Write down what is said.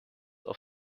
auf